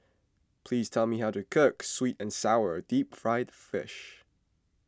please tell me how to cook Sweet and Sour Deep Fried Fish